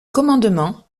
commandement